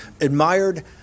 admired